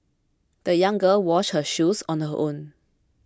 the young girl washed her shoes on her own